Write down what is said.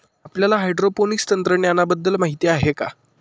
आपल्याला हायड्रोपोनिक्स तंत्रज्ञानाबद्दल माहिती आहे का?